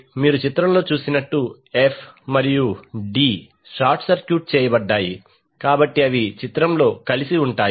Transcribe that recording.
మీరు చిత్రం లో చూసినట్టు ఎఫ్ మరియు డి షార్ట్ సర్క్యూట్ చేయబడ్డాయి కాబట్టి అవి చిత్రంలో కలిసి ఉంటాయి